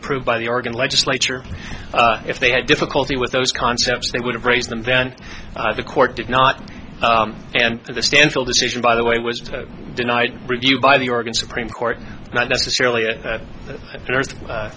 approved by the oregon legislature if they had difficulty with those concepts they would have raised them then the court did not and the stanfield decision by the way was denied review by the oregon supreme court not necessarily